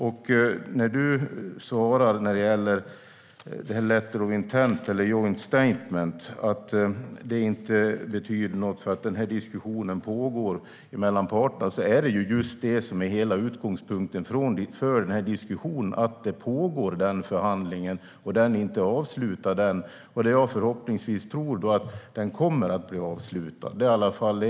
Allan Widman svarar angående letter of intent eller joint statement och säger att det inte betyder något eftersom diskussionen pågår mellan parterna. Men det är ju just det som är hela utgångspunkten för den här diskussionen: Den förhandlingen pågår och är inte avslutad än, och jag hoppas och tror att den kommer att bli avslutad.